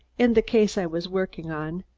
in the case i was working on,